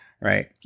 right